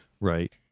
Right